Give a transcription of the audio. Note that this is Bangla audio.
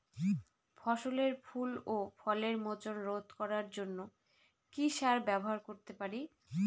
ফসলের ফুল ও ফলের মোচন রোধ করার জন্য কি সার ব্যবহার করতে পারি?